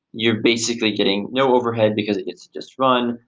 you're basically getting no overhead because it's just run.